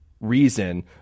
reason